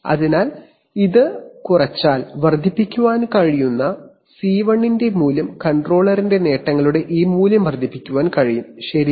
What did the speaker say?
അതിനാൽ ഇത് കുറച്ചാൽ വർദ്ധിപ്പിക്കാൻ കഴിയുന്ന സി 1 ന്റെ മൂല്യം കൺട്രോളറിന്റെ നേട്ടങ്ങളുടെ ഈ മൂല്യം വർദ്ധിപ്പിക്കാൻ കഴിയും ശരിയാണ്